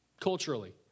Culturally